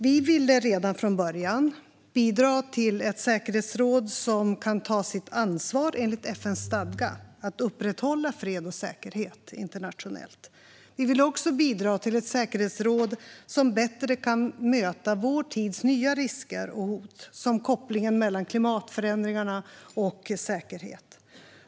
Vi ville redan från början bidra till ett säkerhetsråd som kan ta sitt ansvar enligt FN:s stadga och upprätthålla fred och säkerhet internationellt. Vi ville bidra till ett säkerhetsråd som bättre kan möta vår tids nya risker och hot, som kopplingen mellan klimatförändringarna och säkerhet.